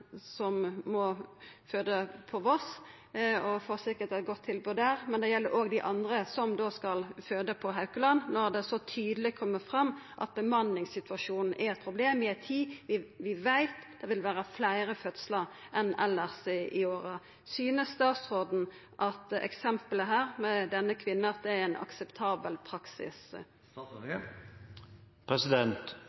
som må føda på Voss, som sikkert får eit godt tilbod der, men det gjeld òg dei andre som skal føda på Haukeland, når det så tydeleg kjem fram at bemanningssituasjonen er eit problem i ei tid da vi veit at det vil vera fleire fødslar enn elles i året. Synest statsråden at eksempelet med denne kvinna er ein akseptabel praksis?